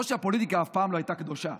לא שהפוליטיקה אי פעם הייתה קדושה,